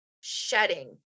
shedding